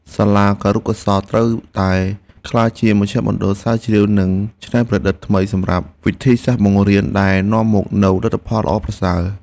សាលាគរុកោសល្យត្រូវតែក្លាយជាមជ្ឈមណ្ឌលស្រាវជ្រាវនិងច្នៃប្រឌិតថ្មីសម្រាប់វិធីសាស្ត្របង្រៀនដែលនាំមកនូវលទ្ធផលល្អប្រសើរ។